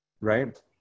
right